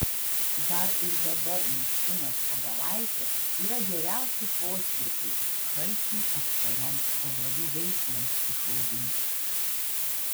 dar ir dabar miškinės obelaitės yra geriausi poskiepiai šalčiui atsparioms obelų veislėms išauginti